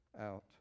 out